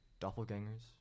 doppelgangers